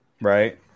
Right